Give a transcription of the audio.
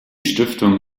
stiftung